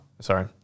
sorry –